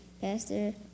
Pastor